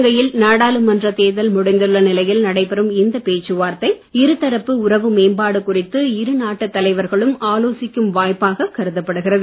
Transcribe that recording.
இலங்கையில் நாடாளுமன்ற தேர்தல் முடிந்துள்ள நிலையில் நடைபெறும் இந்த பேச்சுவார்த்தை இருதரப்பு உறவு மேம்பாடு குறித்து இரு நாட்டுத் தலைவர்களும் ஆலோசிக்கும் வாய்ப்பாக கருதப்படுகிறது